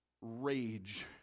rage